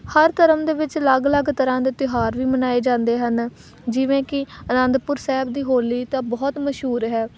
ਹਰ ਧਰਮ ਦੇ ਵਿੱਚ ਅਲੱਗ ਅਲੱਗ ਤਰ੍ਹਾਂ ਦੇ ਤਿਉਹਾਰ ਵੀ ਮਨਾਏ ਜਾਂਦੇ ਹਨ ਜਿਵੇਂ ਕਿ ਅਨੰਦਪੁਰ ਸਾਹਿਬ ਦੀ ਹੋਲੀ ਤਾਂ ਬਹੁਤ ਮਸ਼ਹੂਰ ਹੈ